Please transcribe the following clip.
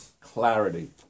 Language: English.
clarity